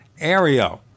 Aereo